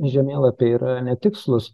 žemėlapiai yra netikslūs